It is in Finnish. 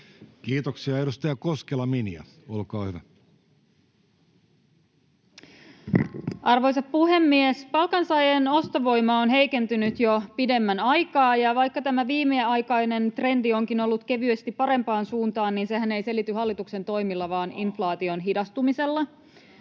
(Antti Kurvinen kesk) Time: 16:46 Content: Arvoisa puhemies! Palkansaajien ostovoima on heikentynyt jo pidemmän aikaa. Vaikka tämä viimeaikainen trendi onkin ollut kevyesti parempaan suuntaan, niin sehän ei selity hallituksen toimilla vaan inflaation hidastumisella.